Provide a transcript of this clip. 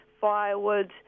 firewood